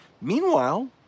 Meanwhile